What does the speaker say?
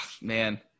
man